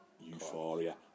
euphoria